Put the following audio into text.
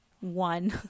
one